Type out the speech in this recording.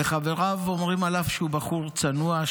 וחבריו אומרים עליו שהוא בחור צנוע,